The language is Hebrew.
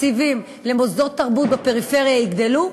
התקציבים למוסדות תרבות בפריפריה יגדלו,